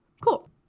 Cool